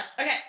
Okay